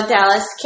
Dallas